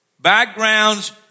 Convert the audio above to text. backgrounds